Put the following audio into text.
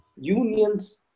unions